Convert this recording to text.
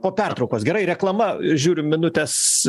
po pertraukos gerai reklama žiūrim minutės